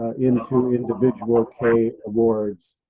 into individual k awards